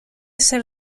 ser